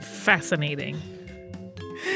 fascinating